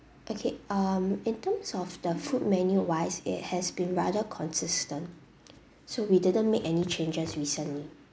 okay um in terms of the food menu wise it has been rather consistent so we didn't make any changes recently